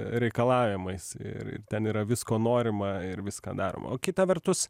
reikalavimais ir ten yra visko norima ir viską daroma o kita vertus